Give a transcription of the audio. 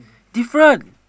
different